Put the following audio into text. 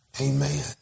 amen